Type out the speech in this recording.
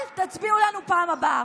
אל תצביעו לנו בפעם הבאה.